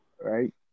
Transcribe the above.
Right